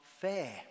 fair